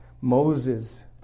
Moses